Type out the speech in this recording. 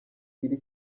iri